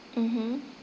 mmhmm